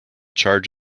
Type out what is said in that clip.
charge